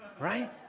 right